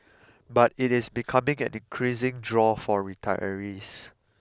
but it is becoming an increasing draw for retirees